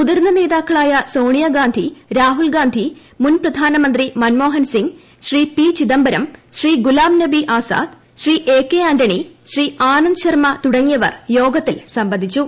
മുതിർന്ന നേതാക്കളായസോണിയാഗാന്ധി രാഹുൽഗാന്ധി മുൻ പ്രധാനമന്ത്രി മൻമോഹൻസിംഗ്ശ്രീ പിചിദംബരം ശ്രീഗുലാം നബി ആസാദ് ശ്രീ എ കെആന്റണി ശ്രീആനന്ദ് ശർമ്മ തുടങ്ങിയവർയോഗത്തിൽസംബന്ധിച്ചു